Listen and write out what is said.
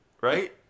Right